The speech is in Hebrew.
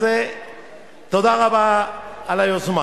אז תודה רבה על היוזמה.